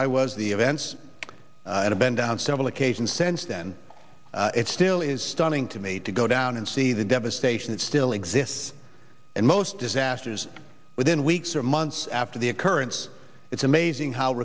i was the events and i've been down several occasions since then it still is stunning to me to go down and see the devastation that still exists and most disasters within weeks or months after the occurrence it's amazing how